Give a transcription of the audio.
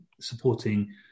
supporting